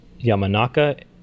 Yamanaka